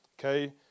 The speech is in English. okay